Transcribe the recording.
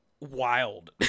Wild